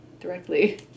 directly